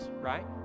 right